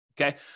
okay